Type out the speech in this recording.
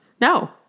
No